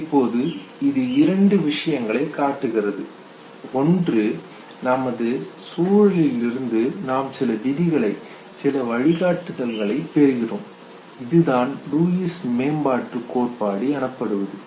இப்போது இது இரண்டு விஷயங்களைக் காட்டுகிறது ஒன்று நமது சூழலில் இருந்து நாம் சில விதிகளை சில வழிகாட்டுதல்களைப் பெறுகிறோம் இதுதான் லூயிஸின் மேம்பாட்டுக் கோட்பாடு எனப்படுவது